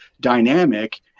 dynamic